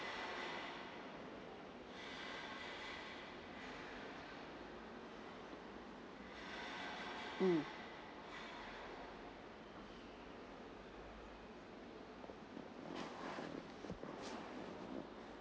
mm